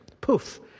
Poof